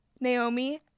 Naomi